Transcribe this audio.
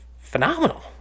phenomenal